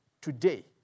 today